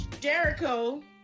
Jericho